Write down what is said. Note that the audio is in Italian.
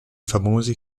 famosi